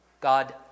God